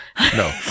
No